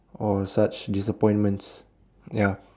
or such disappointments ya